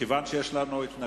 כיוון שיש התנגדות,